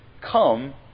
Come